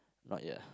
not yet ah